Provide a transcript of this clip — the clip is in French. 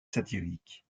satirique